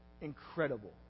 incredible